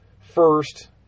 first